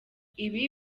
ibi